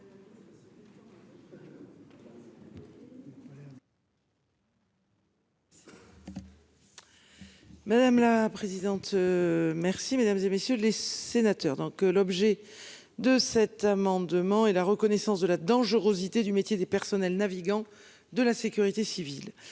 Madame la présidente. Merci. Mesdames, et messieurs les sénateurs. Donc l'objet de cet amendement et la reconnaissance de la dangerosité du métier des personnels navigants de la sécurité civile